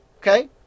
Okay